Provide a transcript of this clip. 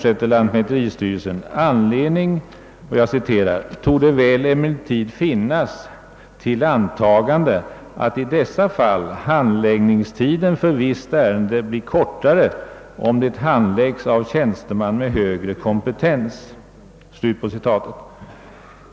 »Anledning torde väl emellertid finnas till antagande att i dessa fall handläggningstiden för visst ärende blir kortare om det handläggs av tjänsteman med högre kompetens», heter det vidare.